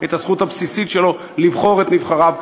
את הזכות הבסיסית שלו לבחור את נבחריו,